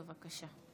בבקשה.